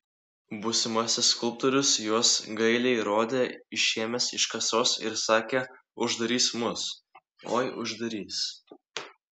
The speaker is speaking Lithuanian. būsimasis skulptorius juos gailiai rodė išėmęs iš kasos ir sakė uždarys mus oi uždarys